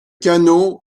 canot